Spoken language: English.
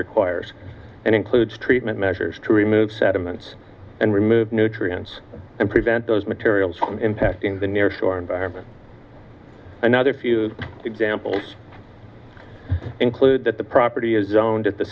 requires and includes treatment measures to remove sediments and remove nutrients and prevent those materials from impacting the near shore environment another few examples include that the property is zoned at the